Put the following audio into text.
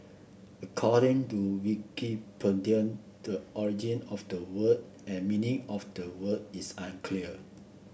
according to Wikipedia the origin of the word and meaning of the word is unclear